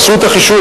עשו את החישוב,